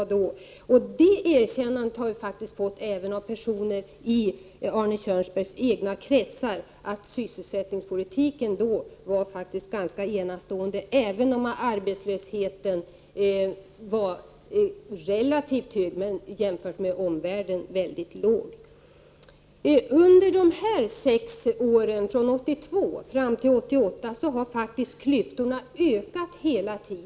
Vi har fått ett erkännande även från personer i Arne Kjörnsbergs egna kretsar för att sysselsättningspolitiken då var ganska enastående även om arbetslösheten var relativt hög, men jämfört med omvärlden mycket låg. Under de sex åren från 1982 till 1988 har klyftorna faktiskt ökat.